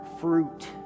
fruit